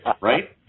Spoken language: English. right